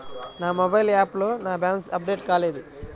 నా మొబైల్ యాప్లో నా బ్యాలెన్స్ అప్డేట్ కాలేదు